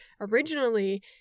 originally